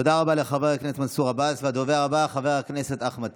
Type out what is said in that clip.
תודה רבה לחבר הכנסת מחמוד